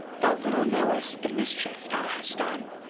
thou little knowest the mischief thou hast done!